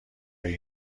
هایی